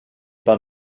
pas